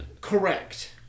Correct